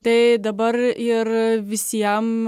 tai dabar ir visiem